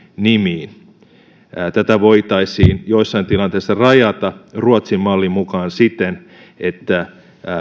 nimiin tätä voitaisiin joissain tilanteissa rajata ruotsin mallin mukaan siten että